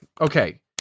okay